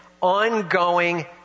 ongoing